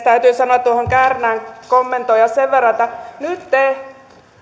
täytyy tuota kärnän puhetta kommentoida sen verran että nyt